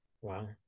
Wow